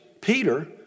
Peter